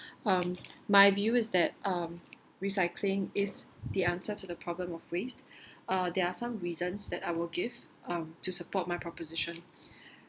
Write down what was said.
um my view is that um recycling is the answer to the problem of waste uh there are some reasons that I will give um to support my proposition